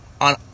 on